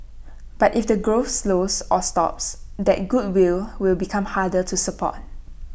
but if the growth slows or stops that goodwill will become harder to support